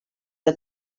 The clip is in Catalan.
que